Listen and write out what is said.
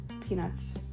Peanuts